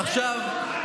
עכשיו,